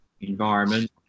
environment